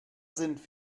sind